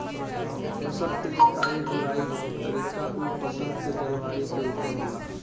फसल के जोताई बुआई के तरीका उ फसल के जलवायु के उपर होला